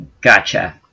Gotcha